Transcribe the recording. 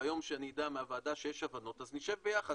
ביום שאני אדע מהוועדה שיש הבנות אז נשב ביחד.